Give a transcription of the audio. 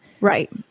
Right